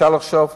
אפשר לחשוב.